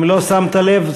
אם לא שמת לב,